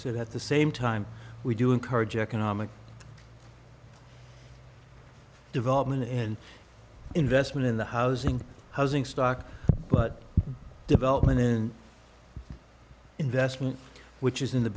and at the same time we do encourage economic development and investment in the housing housing stock but development in investment which is in the